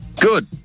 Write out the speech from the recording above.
Good